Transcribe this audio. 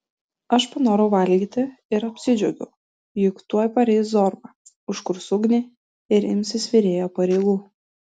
aš panorau valgyti ir apsidžiaugiau juk tuoj pareis zorba užkurs ugnį ir imsis virėjo pareigų